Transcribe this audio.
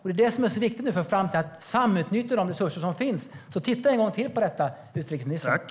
Det är viktigt för framtiden att samutnyttja de resurser som finns. Titta därför en gång till på detta, inrikesministern!